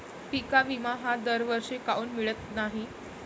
पिका विमा हा दरवर्षी काऊन मिळत न्हाई?